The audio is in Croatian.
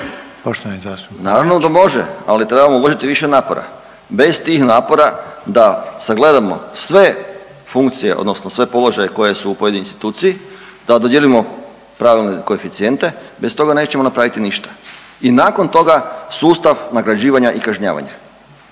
Naravno da može, ali trebamo uložiti više napora. Bez tih napora da sagledamo sve funkcije, odnosno sve položaje koje su u pojedinoj instituciji, da dodijelimo pravilne koeficijente. Bez toga nećemo napraviti ništa. I nakon toga sustav nagrađivanja i kažnjavanja.